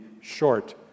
short